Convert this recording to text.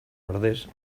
ordez